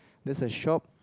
there's a shop